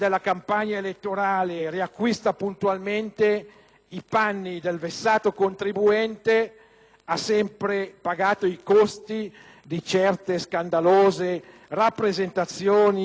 ha sempre pagato i costi di certe scandalose rappresentazioni del malinteso pluralismo politico. Il confronto fra partiti, così